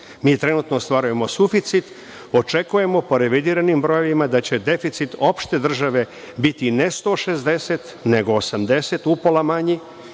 Mi trenutno ostvarujemo suficit. Očekujemo po revidiranim brojevima da će deficit opšte države biti, ne 160, nego 80, upola manji.